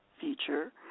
feature